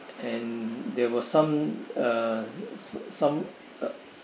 and there were some uh some uh